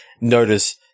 notice-